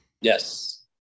Yes